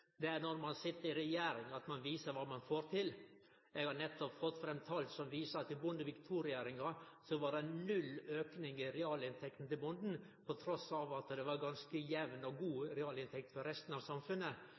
Det er når ein sit i regjering at ein viser kva ein får til. Eg har nettopp fått fram tal som viser at under Bondevik II-regjeringa var det null auke i realinntekta til bonden, trass i at det var ganske jamn og god realinntekt for resten av samfunnet.